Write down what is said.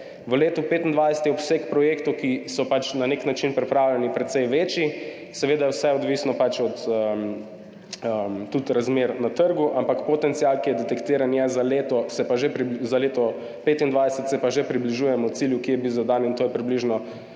V letu 2025 je obseg projektov, ki so pač na nek način pripravljeni, precej večji, seveda je vse odvisno tudi od razmer na trgu, ampak potencial, ki je detektiran, je za leto 2025, se pa že približujemo cilju, ki je bil zadan, in to je približno